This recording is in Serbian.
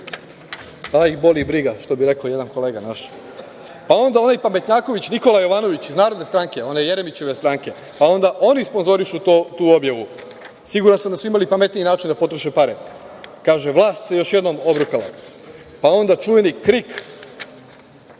Boli ih briga, što bi rekao jedan kolega naš. Pa, onda onaj pametnjaković Nikola Jovanović iz Narodne stranke, one Jeremićeve stranke, pa onda oni sponzorišu tu objavu. Siguran sam da su imali pametniji način da potroše pare. Kaže: „Vlast se još jednom obrukala“.Pa, onda čuveni KRIK,